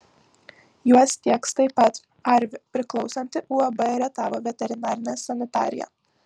juos tieks taip pat arvi priklausanti uab rietavo veterinarinė sanitarija